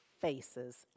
faces